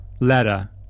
ladder